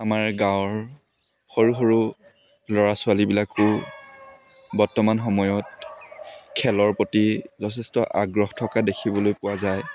আমাৰ গাঁৱৰ সৰু সৰু ল'ৰা ছোৱালীবিলাকো বৰ্তমান সময়ত খেলৰ প্ৰতি যথেষ্ট আগ্ৰহ থকা দেখিবলৈ পোৱা যায়